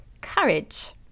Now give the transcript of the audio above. courage